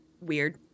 weird